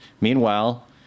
meanwhile